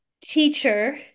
teacher